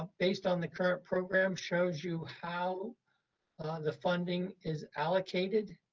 um based on the current program, shows you how the funding is allocated.